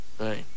Right